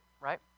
right